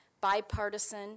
bipartisan